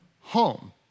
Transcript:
home